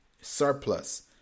surplus